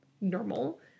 normal